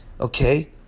Okay